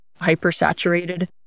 hypersaturated